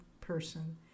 person